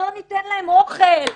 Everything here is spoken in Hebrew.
לא ניתן להם אוכל,